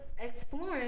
exploring